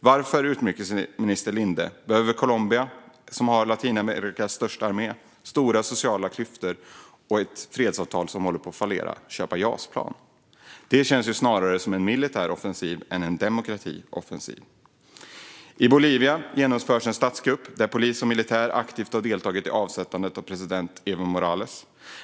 Varför, utrikesminister Linde, behöver Colombia, som har Latinamerikas största armé, stora sociala klyftor och ett fredsavtal som håller på att fallera, köpa JAS-plan? Det känns snarare som en militär offensiv än en demokratioffensiv. I Bolivia har det genomförts en statskupp där polis och militär aktivt deltagit i avsättandet av president Evo Morales.